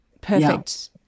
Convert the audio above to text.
perfect